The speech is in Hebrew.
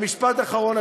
ומשפט אחרון,